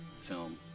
film